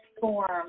form